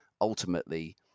ultimately